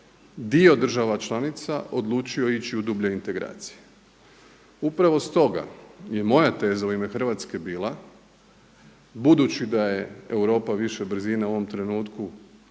dio država članica odlučio ići u dublje integracije. Upravo stoga je moja teza u ime Hrvatske bila, budući da je Europa više brzina u ovom trenutku